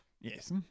Yes